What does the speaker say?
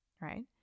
right